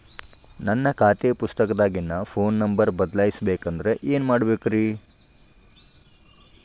ನನ್ನ ಖಾತೆ ಪುಸ್ತಕದಾಗಿನ ಫೋನ್ ನಂಬರ್ ಬದಲಾಯಿಸ ಬೇಕಂದ್ರ ಏನ್ ಮಾಡ ಬೇಕ್ರಿ?